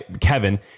Kevin